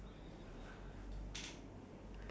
I think there's one around here lah